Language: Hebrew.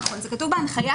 נכון, זה כתוב בהנחיה.